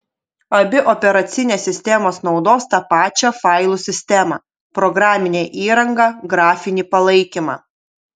abi operacinės sistemos naudos tą pačią failų sistemą programinę įrangą grafinį palaikymą